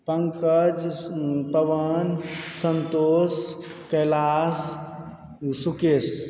Pankaj Pawan Santosh Kailash Rishikesh